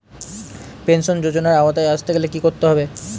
Pension যজোনার আওতায় আসতে গেলে কি করতে হবে?